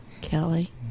Kelly